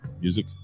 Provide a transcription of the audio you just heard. music